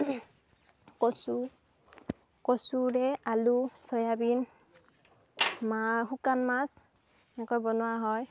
কচু কচুৰে আলু চয়াবিন মা শুকান মাছ এনেকৈ বনোৱা হয়